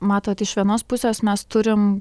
matot iš vienos pusės mes turim